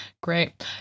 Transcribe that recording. Great